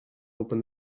open